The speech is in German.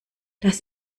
das